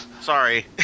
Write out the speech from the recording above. Sorry